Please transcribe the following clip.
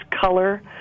color